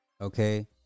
Okay